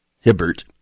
Hibbert